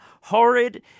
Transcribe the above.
Horrid